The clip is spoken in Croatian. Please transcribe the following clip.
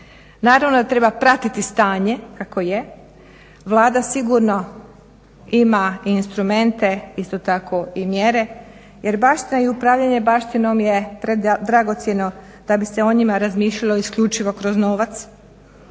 Naravno da treba pratiti stanje kakvo je, Vlada sigurno ima instrumente, isto tako i mjere jer baština i upravljanje baštinom je predragocjeno da bi se o njima razmišljalo isključivo kroz novac